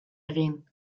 egin